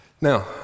Now